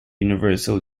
universal